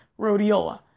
rhodiola